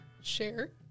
share